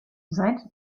seit